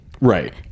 Right